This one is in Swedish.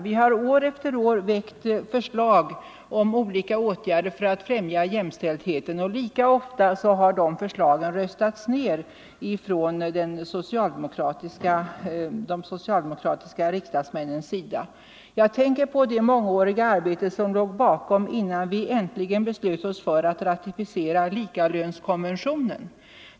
Vi har år efter år väckt förslag om olika åtgärder för att främja jämställdheten, och lika ofta har de förslagen röstats ned av de socialdemokratiska riksdagsmännen. Jag tänker på det mångåriga arbete som låg bakom innan riksdagen äntligen beslöt sig för att ratificera likalönskonventionen.